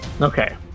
Okay